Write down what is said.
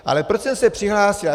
Ale proč jsem se přihlásil?